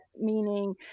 meaning